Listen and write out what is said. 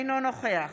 אינו נוכח